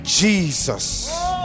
Jesus